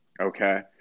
Okay